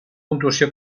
puntuació